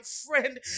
friend